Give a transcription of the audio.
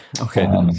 Okay